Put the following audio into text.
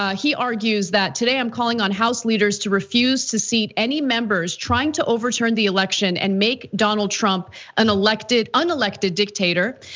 ah he argues that today i'm calling on house leaders to refuse to cede any members trying to overturn the election and make donald trump unelected unelected dictator.